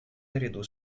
наряду